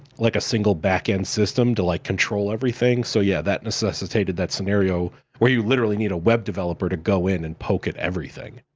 like, a single back-end system to, like, control everything, so yeah, that necessitated that scenario where you literally need a web developer to go in and poke at everything.